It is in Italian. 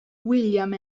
william